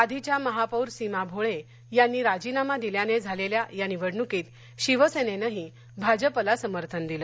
आधीच्या महापौर सीमा भोळे यांनी राजीनामा दिल्याने झालेल्या या निवडणूकीत शिवसेनेनही भाजपला समर्थन दिलं